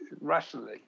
rationally